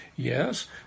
Yes